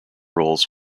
roles